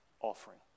offering